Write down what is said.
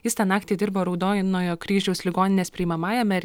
jis tą naktį dirbo raudoinojo kryžiaus ligoninės priimamajame ir